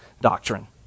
doctrine